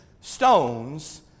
stones